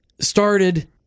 started